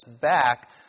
back